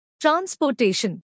transportation